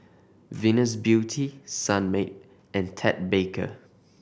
Venus Beauty Sunmaid and Ted Baker